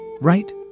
Right